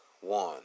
one